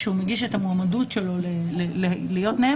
כשהוא מגיש את המועמדות שלו להיות נאמן,